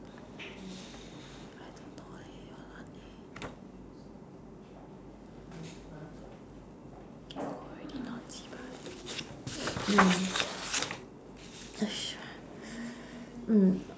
can go already not chee bai ya sh~ mm